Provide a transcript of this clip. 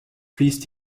fließt